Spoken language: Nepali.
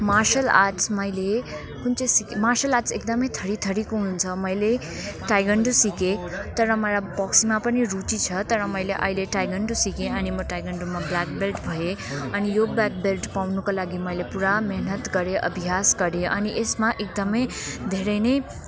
मार्सल आर्टस् मैले कुन चाहिँ सिकेँ मार्सल आर्टस् एकदमै थरी थरीको हुन्छ मैले ताइक्वान्डो सिकेँ तर मलाई बक्समा पनि रुचि छ तर मैले अहिले ताइक्वान्डो सिकेँ अनि म ताइक्वान्डोमा ब्ल्याक बेल्ट भएँ अनि यो ब्ल्याक बेल्ट पाउनुको लागि मैले पुरा मेहनत गरेँ अभ्यास गरेँ अनि यसमा एकदमै धेरै नै